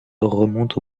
remonte